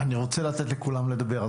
אני רוצה לתת לכולם לדבר,